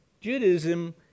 Judaism